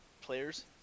players